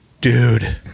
Dude